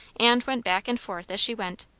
and went back and forth as she went,